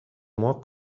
more